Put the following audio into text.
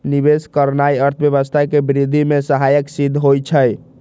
निवेश करनाइ अर्थव्यवस्था के वृद्धि में सहायक सिद्ध होइ छइ